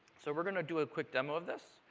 so we're going to do a quick demo of this.